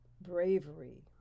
bravery